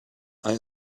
are